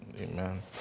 Amen